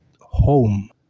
home